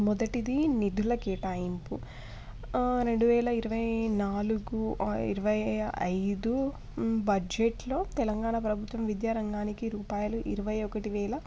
మొదటిది నిధుల కేటాయింపు రెండు వేల ఇరవై నాలుగు ఇరవై ఐదు బడ్జెట్లో తెలంగాణ ప్రభుత్వం విద్య రంగానికి రూపాయలు ఇరవై ఒకటి వేల